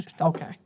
Okay